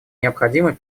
необходимой